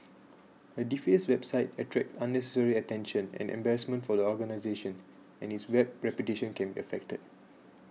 a defaced website attracts unnecessary attention and embarrassment for the organisation and its Web reputation can be affected